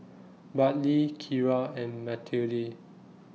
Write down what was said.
Bartley Kira and Matilde